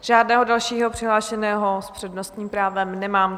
Žádného dalšího přihlášeného s přednostním právem nemám.